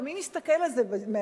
מי מסתכל על זה מהצד?